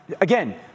again